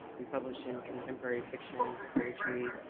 we publish in contemporary fiction, poetry,